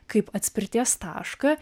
kaip atspirties tašką